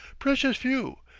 precious few.